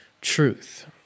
truth